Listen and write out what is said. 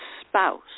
spouse